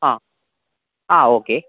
ആ ആ ഓക്കേ